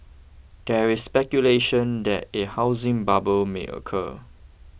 there is speculation that a housing bubble may occur